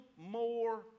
more